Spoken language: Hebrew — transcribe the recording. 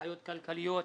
בעיות כלכליות.